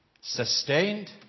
sustained